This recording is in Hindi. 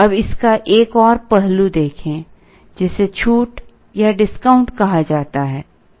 अब इसका एक और पहलू देखें जिसे छूट या डिस्काउंट कहा जाता है